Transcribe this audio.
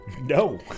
No